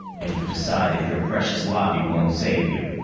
and you've decided your precious lobby won't save you?